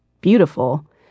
beautiful